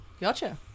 Gotcha